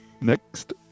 next